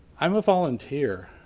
i'm a volunteer.